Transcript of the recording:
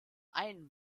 einen